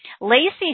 Lacey